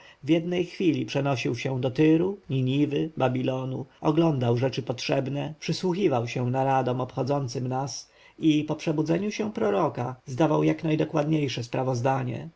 w jednej chwili przenosił się do tyru niniwy babilonu oglądał rzeczy potrzebne przysłuchiwał się naradom obchodzącym nas i po przebudzeniu się proroka zdawał jak najdokładniejsze sprawozdanie